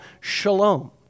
shalom